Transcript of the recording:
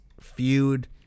feud